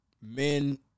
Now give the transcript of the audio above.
men